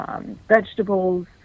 vegetables